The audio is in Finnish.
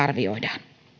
ja arvioidaan